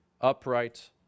upright